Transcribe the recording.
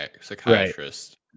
psychiatrist